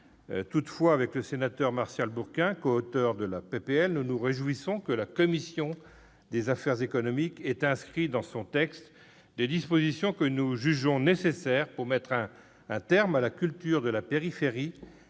Toutefois, avec notre collègue Martial Bourquin, coauteur de la proposition de loi, je me réjouis que la commission des affaires économiques ait inscrit dans son texte les dispositions que nous jugeons nécessaires pour mettre un terme à la culture de la périphérie